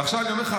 ואני אומר לך,